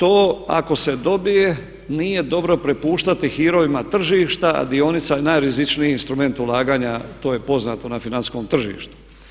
No, to ako se dobije nije dobro prepuštati hirovima tržišta, a dionica je najrizičniji instrument ulaganja to je poznato na financijskom tržištu.